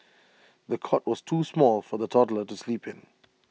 the cot was too small for the toddler to sleep in